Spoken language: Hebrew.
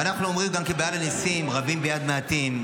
ואנחנו אומרים ב"על הניסים": "רבים ביד מעטים,